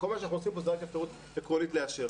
כל מה שאנחנו עושים פה זה רק אפשרות עקרונית לאשר.